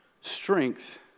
strength